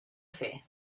fer